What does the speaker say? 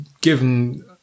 given